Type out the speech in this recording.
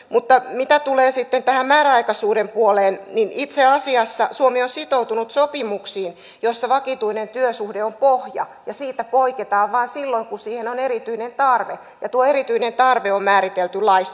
mutta mitä tulee sitten tähän määräaikaisuuden puoleen niin itse asiassa suomi on sitoutunut sopimuksiin joissa vakituinen työsuhde on pohja ja siitä poiketaan vain silloin kun siihen on erityinen tarve ja tuo erityinen tarve on määritelty laissa